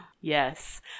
Yes